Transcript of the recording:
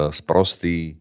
sprostý